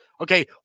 Okay